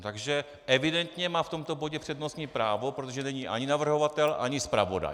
Takže evidentně má v tomto bodě přednostní právo, protože není ani navrhovatel, ani zpravodaj.